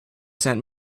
sent